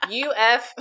uf